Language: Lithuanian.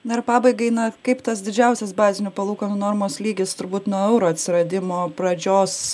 na ir pabaigai na kaip tas didžiausias bazinių palūkanų normos lygis turbūt nuo euro atsiradimo pradžios